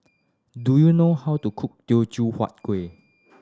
do you know how to cook Teochew Huat Kueh